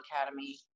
academy